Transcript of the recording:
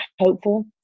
hopeful